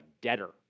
debtor